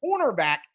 cornerback